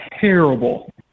terrible